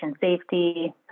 safety